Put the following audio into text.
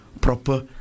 proper